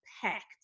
packed